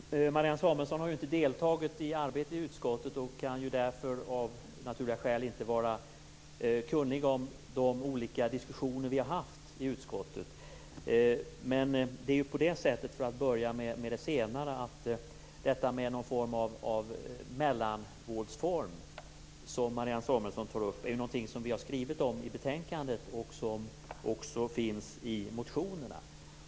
Fru talman! Marianne Samuelsson har inte deltagit i arbetet i utskottet och kan därför av naturliga skäl inte vara kunnig om de olika diskussioner vi haft i utskottet. En mellanvårdsform, som Marianne Samuelsson tar upp, har vi skrivit om i betänkandet och tas också upp i motionerna.